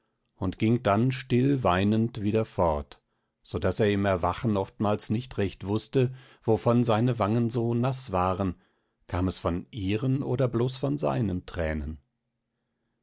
und ging dann stillweinend wieder fort so daß er im erwachen oftmals nicht recht wußte wovon seine wangen so naß waren kam es von ihren oder bloß von seinen tränen